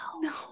No